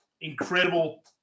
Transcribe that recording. incredible